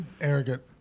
Arrogant